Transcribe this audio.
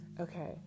Okay